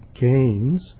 gains